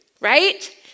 right